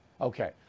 Okay